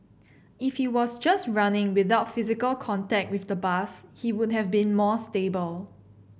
if he was just running without physical contact with the bus he would have been more stable